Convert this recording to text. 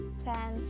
plan